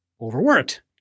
overworked